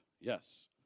Yes